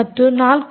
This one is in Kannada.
ಮತ್ತು 4